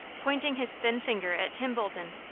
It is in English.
pointing his thin finger at tim bolton,